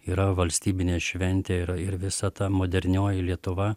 yra valstybinė šventė yra ir visa ta modernioji lietuva